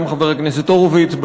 גם חבר הכנסת הורוביץ,